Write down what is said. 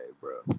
bro